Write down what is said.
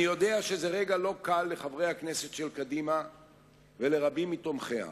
אני יודע שזה רגע לא קל לחברי הכנסת של קדימה ולרבים מתומכיה.